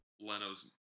Leno's